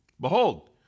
Behold